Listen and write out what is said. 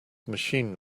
machine